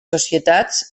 societats